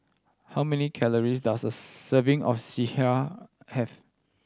how many calories does a serving of sireh have